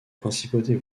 principautés